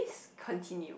just continue